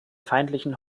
feindlichen